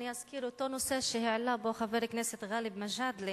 אני אזכיר את אותו נושא שהעלה פה חבר הכנסת גאלב מג'אדלה.